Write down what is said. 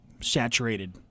saturated